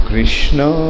Krishna